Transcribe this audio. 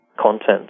content